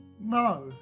No